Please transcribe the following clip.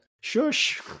Shush